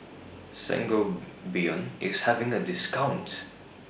Sangobion IS having A discount